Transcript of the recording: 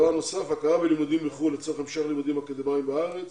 הכרה בלימודים מחוץ לארץ לצורך המשך לימודים אקדמאיים בארץ,